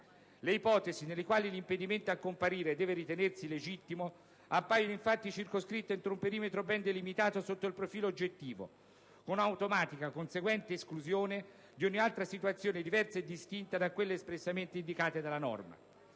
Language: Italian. Le ipotesi nelle quali l'impedimento a comparire deve ritenersi legittimo appaiono infatti circoscritte entro un perimetro ben delimitato sotto il profilo oggettivo, con automatica conseguente esclusione di ogni altra situazione diversa e distinta da quelle espressamente indicate dalla norma.